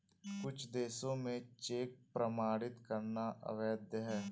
कुछ देशों में चेक प्रमाणित करना अवैध है